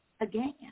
Again